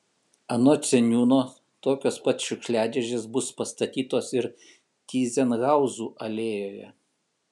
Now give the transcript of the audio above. anot seniūno tokios pat šiukšliadėžės bus pastatytos ir tyzenhauzų alėjoje